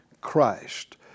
Christ